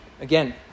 Again